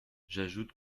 j’ajoute